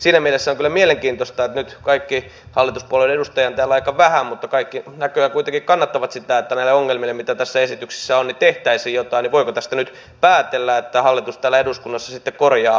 siinä mielessä on kyllä mielenkiintoista että nyt kaikki hallituspuolueiden edustajia on täällä aika vähän näköjään kuitenkin kannattavat sitä että näille ongelmille mitä tässä esityksessä on tehtäisiin jotain joten voiko tästä nyt päätellä että hallitus täällä eduskunnassa sitten korjaa aiheuttamansa ongelmat